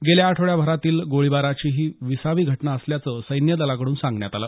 गेल्या आठवड्याभरातली गोळीबाराची ही विसावी घटना असल्याचं सैन्यदलाकडून सांगण्यात आलं